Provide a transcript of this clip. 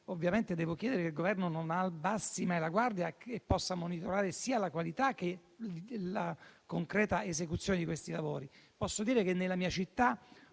ovviamente al Governo di non abbassare mai la guardia e monitorare sia la qualità che la concreta esecuzione di questi lavori. Posso dire che nella mia città